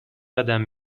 قدم